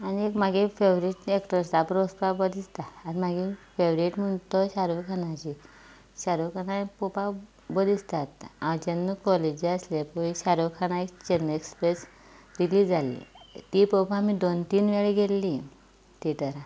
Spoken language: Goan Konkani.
आनीक मागे फेवरेट एक्टर्जां ब्रो वसपा बरे दिसता आनी मागीर फेवरेट म्हूण तो शारूख खानाची शारूख खानाय पळोवपा बरी दिसतात आंव जेन्ना कॉलेजा आसलें पळय शारूख खानाये चेन्नय एक्सप्रॅस रिलीज जाल्ली ती पोवपा आमी दोन तीन वेळी गेल्लीं थेटरांत